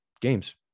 games